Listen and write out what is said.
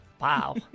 Wow